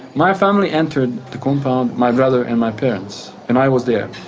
my family entered the compound my brother and my parents and i was there.